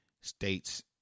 states